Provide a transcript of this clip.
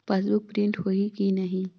Passbook print होही कि नहीं?